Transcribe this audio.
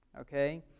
okay